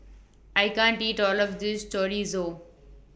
I can't eat All of This Chorizo